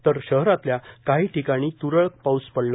तर शहरातल्या काही ठिकाणी त्रळक पाऊस पडला